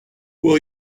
will